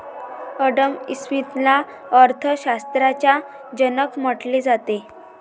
Adam स्मिथला अर्थ शास्त्राचा जनक म्हटले जाते